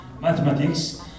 mathematics